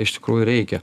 iš tikrųjų reikia